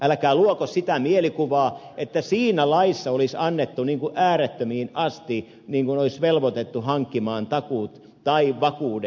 älkää luoko sitä mielikuvaa että siinä laissa olisi annettu äärettömiin asti niin kuin olisi velvoitettu hankkimaan takuut tai vakuudet